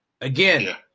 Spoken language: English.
Again